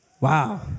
Wow